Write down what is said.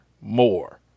more